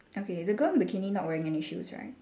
okay the girl with bikini not wearing any shoes right